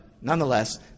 nonetheless